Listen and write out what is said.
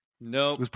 No